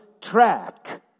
track